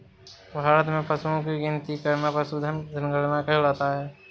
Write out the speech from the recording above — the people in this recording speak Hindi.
भारत में पशुओं की गिनती करना पशुधन जनगणना कहलाता है